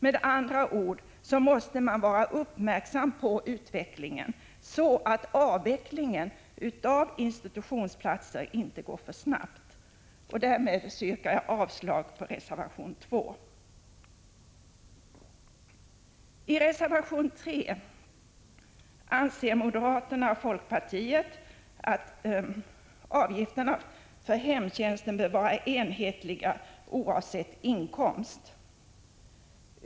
Med andra ord måste man vara uppmärksam på utvecklingen, så att avvecklingen av institutionsplatser inte går för snabbt. Därmed yrkar jag avslag på reservation 2. I reservation 3 skriver moderaterna och folkpartiet att avgifterna för hemtjänsten bör vara enhetliga oavsett inkomst.